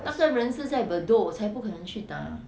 那个人是在 bedok 我才不可能去拿